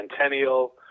Centennial